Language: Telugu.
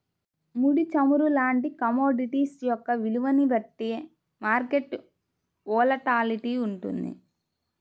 ముడి చమురు లాంటి కమోడిటీస్ యొక్క విలువని బట్టే మార్కెట్ వోలటాలిటీ వుంటది